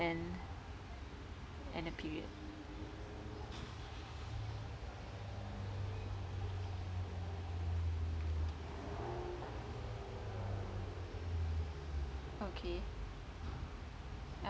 n and a period